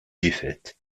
défaites